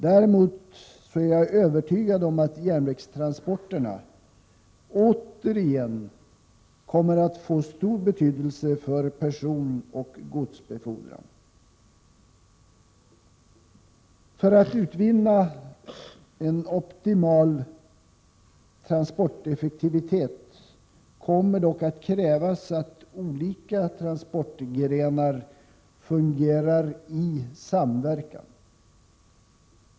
Däremot är jag övertygad om att järnvägstransporterna återigen kommer att få stor betydelse för både personoch godsbefordran. För att utvinna en optimal transporteffektivitet kommer dock att krävas att olika transportgrenar fungerar i samverkan.